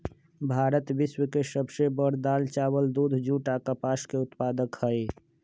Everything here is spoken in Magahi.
भारत विश्व के सब से बड़ दाल, चावल, दूध, जुट आ कपास के उत्पादक हई